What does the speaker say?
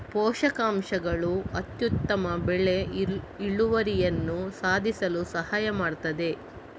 ಪೋಷಕಾಂಶಗಳು ಅತ್ಯುತ್ತಮ ಬೆಳೆ ಇಳುವರಿಯನ್ನು ಸಾಧಿಸಲು ಸಹಾಯ ಮಾಡುತ್ತದೆ